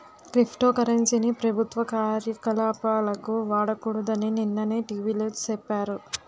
crypto currency ని ప్రభుత్వ కార్యకలాపాలకు వాడకూడదని నిన్ననే టీ.వి లో సెప్పారు